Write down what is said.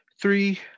three